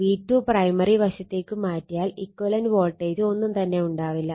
V2 primary വശത്തേക്ക് മാറ്റിയാൽ equivalent voltage ഒന്നും തന്നെ ഉണ്ടാവില്ല